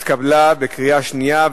התקבלה בקריאה שנייה.